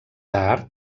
tard